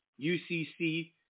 UCC